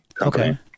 Okay